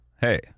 hey